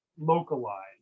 localized